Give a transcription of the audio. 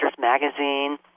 magazine